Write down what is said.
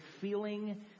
feeling